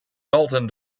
dalton